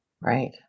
Right